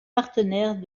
partenaires